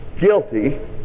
guilty